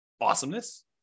Awesomeness